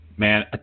Man